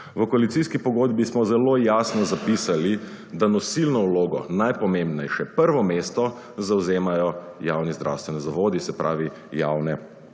V koalicijski pogodbi smo zelo jasno zapisali, da nosilno vlogo najpomembnejše prvo mesto zavzemajo javno zdravstveni zavodi, se pravi javne